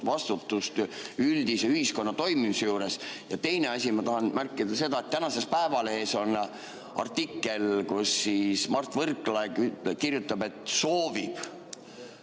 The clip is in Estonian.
vastutust üldise ühiskonna toimimise eest? Ja teine asi: ma tahan märkida seda, et tänases Eesti Päevalehes on artikkel, kus Mart Võrklaev kirjutab, et soovib